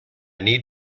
need